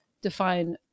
define